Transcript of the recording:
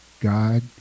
God